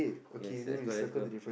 yes yes let's go let's go